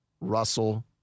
Russell